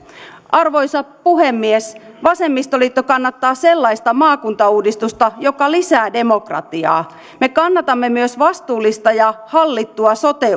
arvoisa puhemies vasemmistoliitto kannattaa sellaista maakuntauudistusta joka lisää demokratiaa me kannatamme myös vastuullista ja hallittua sote